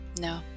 No